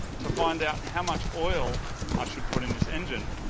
to find out how much oil i should put in this engine.